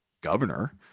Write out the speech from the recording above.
governor